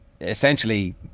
essentially